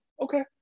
Okay